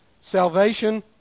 Salvation